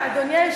אדוני סגן